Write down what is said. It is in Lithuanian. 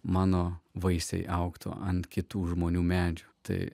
mano vaisiai augtų ant kitų žmonių medžių tai